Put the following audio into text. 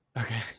Okay